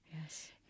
Yes